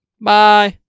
bye